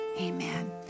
amen